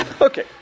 Okay